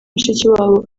mushikiwabo